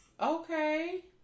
Okay